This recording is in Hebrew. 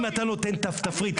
אם אתה נותן תפריט,